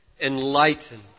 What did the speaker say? enlightened